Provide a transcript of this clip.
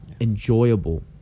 enjoyable